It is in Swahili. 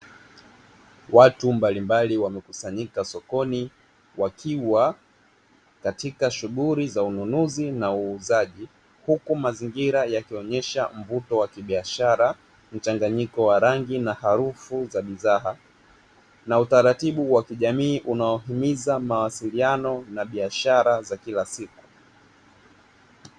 Watu mbalimbali wamekusanyika sokoni wakiwa katika shughuli za ununuzi na uuzaji huku mazingira yakionyesha mvuto wa kibiashara, mchanganyiko wa rangi na harufu za bidhaa, na utaratibu wa kijamii unaohimiza mawasiliano na biashara za kila siku.